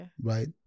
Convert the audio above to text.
right